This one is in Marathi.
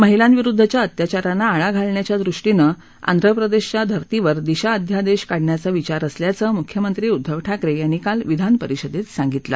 महिलांविरुद्धच्या अत्याचारांना आळा घालण्याच्या दृष्टीनं आंध्रप्रदेशाच्या धर्तीवर दिशा अध्यादेश काढण्याचा विचार असल्याचं मुख्यमंत्री उद्धव ठाकरे यांनी काल विधान परिषदेत सांगितलं